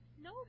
No